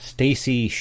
Stacy